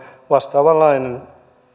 vastaavanlainen